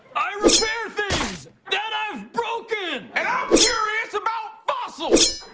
i retear things that are broken. and i'm curious about fossils.